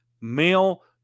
male